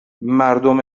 مردم